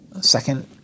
second